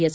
S